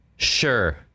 Sure